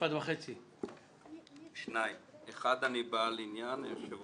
ראשית אני בעל עניין מכיוון